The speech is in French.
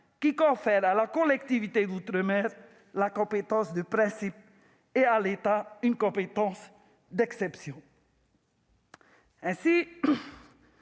qui confère à la collectivité d'outre-mer la compétence de principe et à l'État une compétence d'exception. Ainsi,